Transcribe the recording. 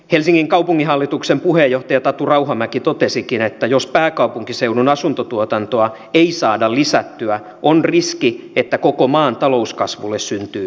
helsingin kaupunginhallituksen puheenjohtaja tatu rauhamäki totesikin että jos pääkaupunkiseudun asuntotuotantoa ei saada lisättyä on riski että koko maan talouskasvulle syntyy tulppa